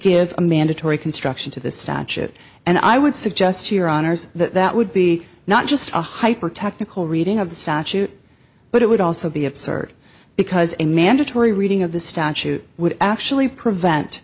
give a mandatory construction to the statute and i would suggest to your honor's that that would be not just a hyper technical reading of the statute but it would also be absurd because a mandatory reading of the statute would actually prevent